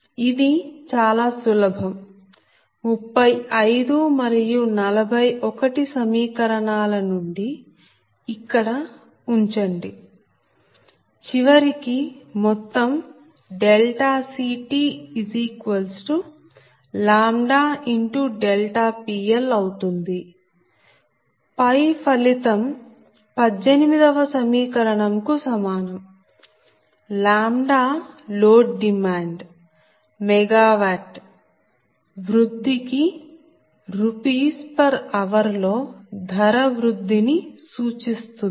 ఇది చాలా సులభం 35 మరియు 41 సమీకరణాల ను ఇక్కడ ఉంచండి చివరికి మొత్తం CTλ × PL అవుతుందిపై ఫలితం 18 వ సమీకరణం కు సమానం λ లోడ్ డిమాండ్ వృద్ధి కి Rs hr లో ధర వృద్ధి ని సూచిస్తుంది